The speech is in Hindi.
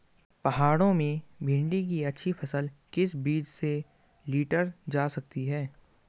पहाड़ों में भिन्डी की अच्छी फसल किस बीज से लीटर जा सकती है?